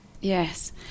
Yes